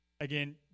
again